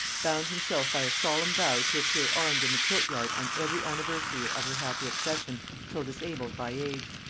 bound himself by a solemn vow to appear armed in the tilt-yard on every anniversary of her happy accession till disabled by age.